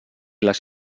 les